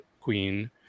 queen